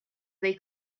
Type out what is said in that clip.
they